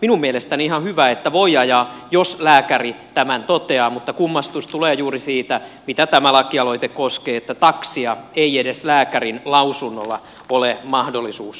minun mielestäni ihan hyvä että voi ajaa jos lääkäri tämän toteaa mutta kummastus tulee juuri siitä mitä tämä lakialoite koskee että taksia ei edes lääkärinlausunnolla ole mahdollisuus ajaa